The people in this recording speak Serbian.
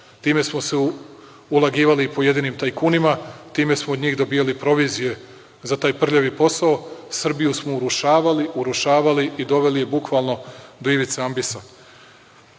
Time smo se ulagivali pojedinim tajkunima, time smo od njih dobijali provizije za taj prljavi posao, Srbiju smo urušavali, urušavali i doveli je bukvalno do ivice